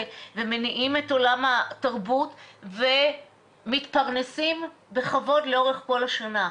ומניעים את עולם התרבות ומתפרנסים בכבוד לאורך כל השנה.